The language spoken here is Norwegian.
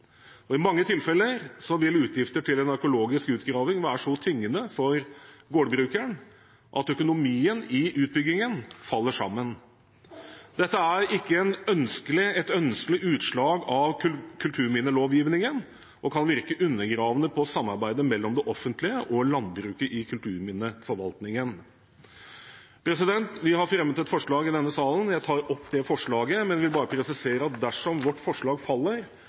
I mange tilfeller vil utgifter til en økologisk utgraving være så tyngende for gårdbrukeren at økonomien i utbyggingen faller sammen. Dette er ikke et ønskelig utslag av kulturminnelovgivningen og kan virke undergravende på samarbeidet mellom det offentlige og landbruket i kulturminneforvaltningen. Vi har fremmet et forslag i denne salen. Jeg vil presisere at dersom vårt forslag faller, vil vi subsidiært stemme for forslag